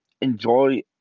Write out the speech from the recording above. enjoy